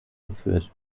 geführt